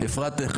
אני אדע בדיוק.